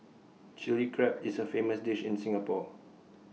Chilli Crab is A famous dish in Singapore